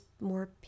more